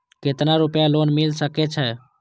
केतना रूपया लोन मिल सके छै?